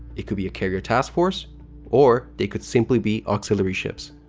it could be a carrier task force or they could simply be auxilary ships.